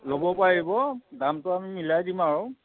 ল'ব পাৰিব দামটো আমি মিলাই দিম আৰু